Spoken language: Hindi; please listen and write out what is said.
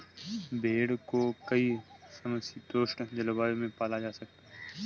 भेड़ को कई समशीतोष्ण जलवायु में पाला जा सकता है